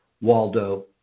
Waldo